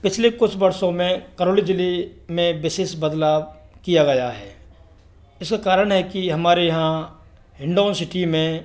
पिछले कुछ वर्षो में करौली जिले में विशेष बदलाव किया गया है इसका कारण है कि हमारे यहाँ हिंडौन सिटी में